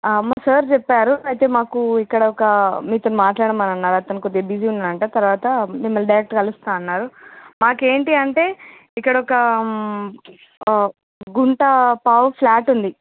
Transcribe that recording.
మా సార్ చెప్పారు అయితే మాకు ఇక్కడొక మీతో మాట్లాడమని అన్నారు అతను కొద్దిగా బిజీ ఉన్నాడటా తర్వాత మిమల్ని డైరెక్టు కలుస్తాం అన్నారు మాకేంటి అంటే ఇక్కడొక గుంట పావు ఫ్లాట్ ఉంది